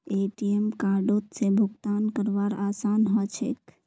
ATM कार्डओत से भुगतान करवार आसान ह छेक